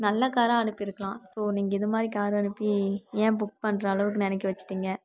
நல்ல காரை அனுப்பிருக்கலாம் ஸோ நீங்கள் இது மாதிரி காரை அனுப்பி ஏன் புக் பண்ணுற அளவுக்கு நினைக்க வச்சுட்டிங்க